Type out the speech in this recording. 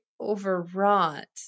overwrought